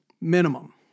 minimum